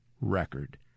record